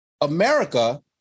America